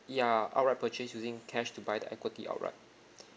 ya outright purchase using cash to buy the equity outright